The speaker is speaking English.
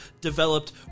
developed